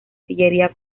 sillería